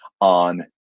on